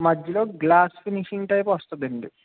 మధ్యలో glass finishing type వస్తుందండి